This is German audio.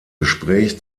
gespräch